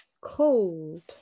Cold